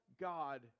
God